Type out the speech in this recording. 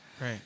Right